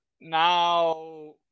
now